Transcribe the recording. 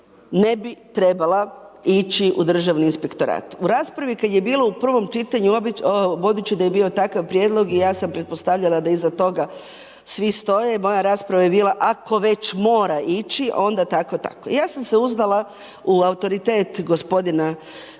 ne bi trebala ići u Državni inspektorat. U raspravi kad je bilo u prvom čitanju, budući da je bio takav prijedlog i ja sam pretpostavljala da iza toga svi stoje i moja rasprava je bila ako već mora ići onda tako, tako. I ja sam se uzdala u autoritet gospodina kolege